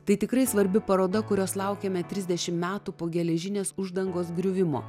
tai tikrai svarbi paroda kurios laukėme trisdešim metų po geležinės uždangos griuvimo